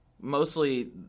mostly